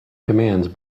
commands